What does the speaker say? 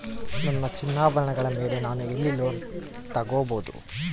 ನನ್ನ ಚಿನ್ನಾಭರಣಗಳ ಮೇಲೆ ನಾನು ಎಲ್ಲಿ ಲೋನ್ ತೊಗೊಬಹುದು?